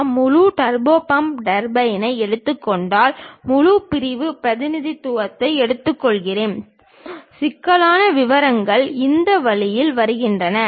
நான் முழு turbo pump டர்பைனை எடுத்துக்கொண்டால் முழு பிரிவு பிரதிநிதித்துவத்தை எடுத்துக்கொள்கிறேன் சிக்கலான விவரங்கள் இந்த வழியில் வெளிவரும்